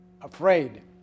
Afraid